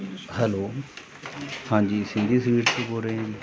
hello ਹਾਂਜੀ Sindhi sweet ਤੋਂ ਬੋਲ ਹੋ ਰਹੇ ਹੈ ਜੀ